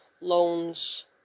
loans